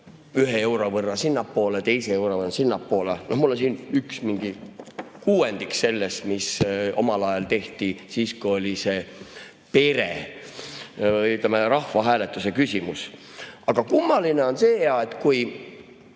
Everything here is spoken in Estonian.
ühe euro võrra sinnapoole ja teise euro võrra sinnapoole. No mul on siin üks mingi kuuendik sellest, mis omal ajal tehti siis, kui oli pere- või, ütleme, rahvahääletuse küsimus. Kummaline on see, et kui